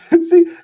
see